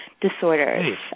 disorders